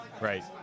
right